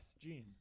Gene